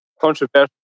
controversial